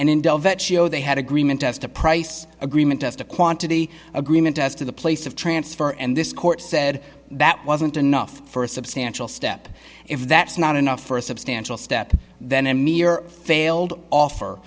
and in dell that show they had agreement as to price agreement as to quantity agreement as to the place of transfer and this court said that wasn't enough for a substantial step if that's not enough for a substantial step then and near failed offer